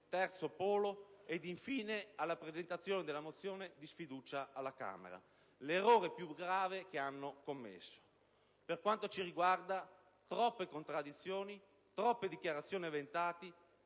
terzo polo e, infine, alla presentazione della mozione di sfiducia alla Camera, l'errore più grave che hanno commesso. Per quanto ci riguarda, troppe contraddizioni, troppe dichiarazioni avventate,